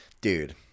dude